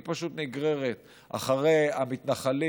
היא פשוט נגררת אחרי המתנחלים,